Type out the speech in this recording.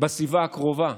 בסביבה הקרובה.